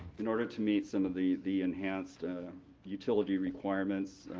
in order to meet some of the the enhanced utility requirements